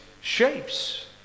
shapes